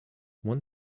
one